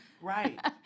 Right